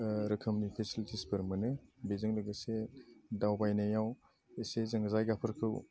रोखोमनि फेसिलिटिसफोर मोनो बेजों लोगोसे दावबायनायाव एसे जों जायगाफोरखौ